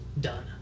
done